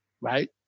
right